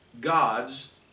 God's